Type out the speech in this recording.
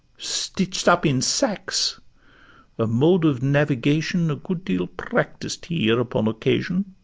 stitch'd up in sacks a mode of navigation a good deal practised here upon occasion